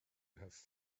have